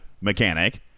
mechanic